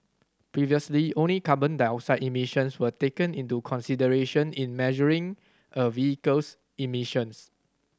previously only carbon dioxide emissions were taken into consideration in measuring a vehicle's emissions